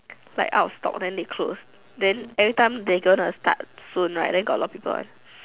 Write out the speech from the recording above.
like out of stock they close then every time the going to start soon right then a lot of people buy